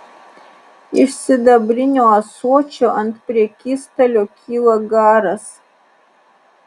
iš sidabrinio ąsočio ant prekystalio kyla garas